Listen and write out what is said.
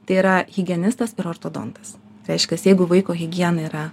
tai yra higienistas ir ortodontas reiškias jeigu vaiko higiena yra